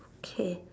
okay